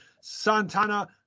Santana